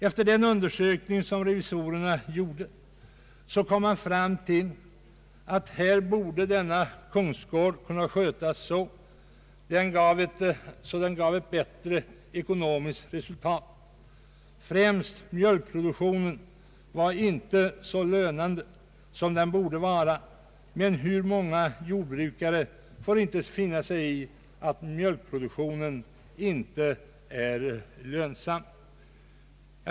Efter den undersökning revisorerna gjort kom de fram till att denna kungsgård borde kunna skötas så att den gav ett bättre ekonomiskt resultat. Främst ansåg man att mjölkproduktionen inte var så lönande som den borde vara. Men hur många jordbrukare får inte finna sig i att mjölkproduktionen inte är lönsam?